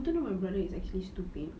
I told you my brother is actually stupid